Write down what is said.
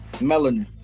Melanie